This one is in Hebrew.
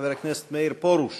חבר הכנסת מאיר פרוש